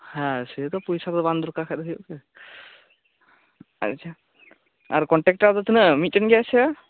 ᱦᱮᱸ ᱥᱮᱛᱚ ᱯᱚᱭᱥᱟ ᱫᱚ ᱵᱟᱝ ᱫᱚᱨᱠᱟᱨᱚᱜ ᱦᱩᱭᱩᱜᱼᱟ ᱠᱤ ᱟᱪᱪᱷᱟ ᱟᱨ ᱠᱚᱱᱴᱮᱠᱴᱟᱨ ᱫᱚ ᱛᱤᱱᱟᱹᱜ ᱢᱤᱫᱴᱮᱱ ᱜᱮᱭᱟᱭ ᱥᱮ